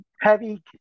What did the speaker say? heavy